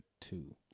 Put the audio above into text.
two